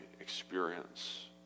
experience